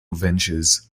ventures